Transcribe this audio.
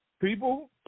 people